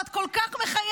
ואת כל כך מחייכת.